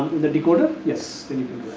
the decoder yes, then